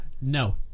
no